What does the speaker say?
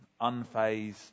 unfazed